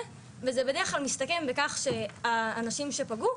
וזה בדרך כלל מסתכם בכך שהאנשים שפגעו,